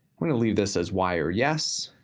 we're gonna leave this as y or yes,